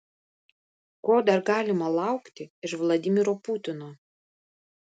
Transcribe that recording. ko dar galima laukti iš vladimiro putino